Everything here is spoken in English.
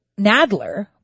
Nadler